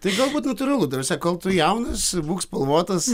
tai galbūt natūralu ta prasme kol tu jaunas būk spalvotas